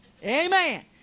Amen